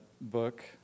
book